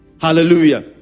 Hallelujah